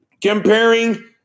comparing